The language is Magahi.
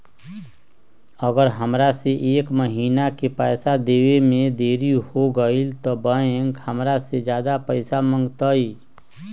अगर हमरा से एक महीना के पैसा देवे में देरी होगलइ तब बैंक हमरा से ज्यादा पैसा मंगतइ?